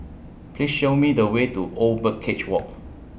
Please Show Me The Way to Old Birdcage Walk